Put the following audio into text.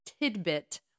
tidbit